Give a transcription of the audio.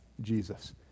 Jesus